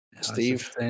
Steve